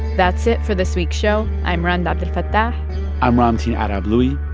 that's it for this week's show. i'm rund abdelfatah i'm ramtin arablouei,